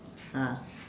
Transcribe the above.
ah